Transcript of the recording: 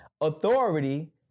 authority